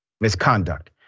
misconduct